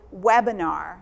webinar